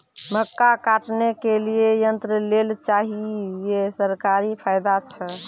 मक्का काटने के लिए यंत्र लेल चाहिए सरकारी फायदा छ?